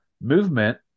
movement